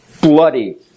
bloody